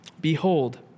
Behold